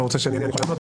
אתה רוצה שאני אענה?